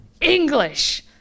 English